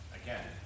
again